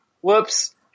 Whoops